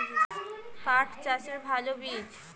পাঠ চাষের ভালো বীজ?